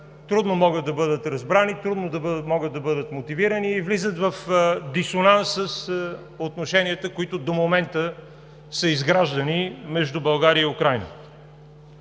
трудно могат да бъдат разбрани, трудно могат да бъдат мотивирани и влизат в дисонанс с отношенията, които до момента са изграждани между България и Украйна.